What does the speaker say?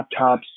laptops